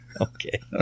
Okay